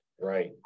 right